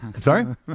Sorry